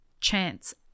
chance